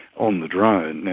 on the drone.